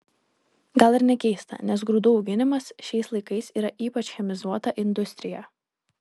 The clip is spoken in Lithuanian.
gal ir nekeista nes grūdų auginimas šiais laikai yra ypač chemizuota industrija